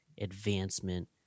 advancement